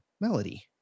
melody